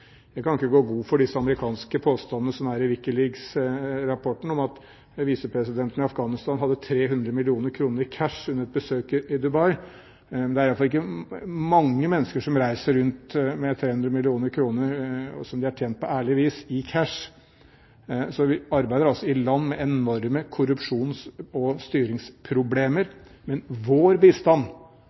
Jeg kan ikke gå god for de amerikanske påstandene i WikiLeaks-rapporten om at visepresidenten i Afghanistan hadde 300 mill. kr i cash under et besøk i Dubai. Det er i hvert fall ikke mange mennesker som reiser rundt med 300 mill. kr som de har tjent på ærlig vis, i cash. Vi arbeider altså i land med enorme korrupsjons- og styringsproblemer. Men vår bistand